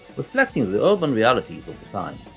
reflecting the urban realities of the time.